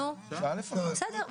בסדר,